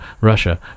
Russia